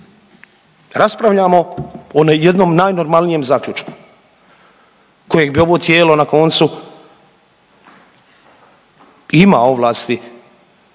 raspravljamo o jednom najnormalnijem zaključku kojeg bi ovo tijelo na koncu ima ovlasti